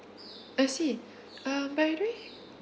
I see um by the way